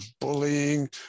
bullying